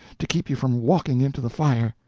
to keep you from walking into the fire.